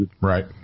Right